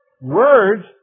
Words